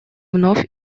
вновь